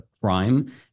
crime